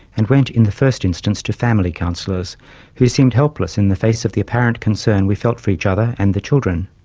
and went in the first instance to family counsellors who seemed helpless in the face of the apparent concern we felt for each other and the children,